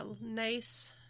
nice